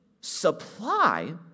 supply